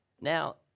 Now